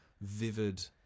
vivid